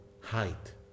height